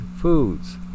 foods